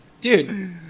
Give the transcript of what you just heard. Dude